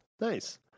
Nice